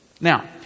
Now